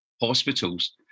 hospitals